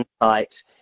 insight